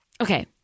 okay